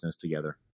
together